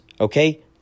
Okay